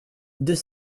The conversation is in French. deux